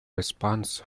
response